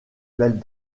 belles